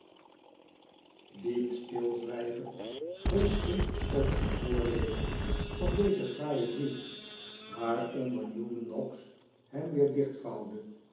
diep stilzwijgen volgde op het voorlezen van dezen fraaien brief waaronder newman noggs hem